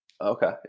okay